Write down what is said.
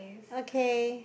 okay